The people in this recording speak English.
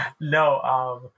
no